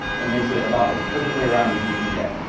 and makes it about as perfectly around as we can get.